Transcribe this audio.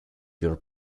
your